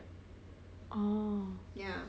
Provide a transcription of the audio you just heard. orh